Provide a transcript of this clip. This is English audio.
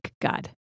God